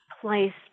place